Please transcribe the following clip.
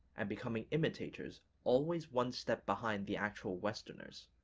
and becoming imitators always one step behind the actual westerners.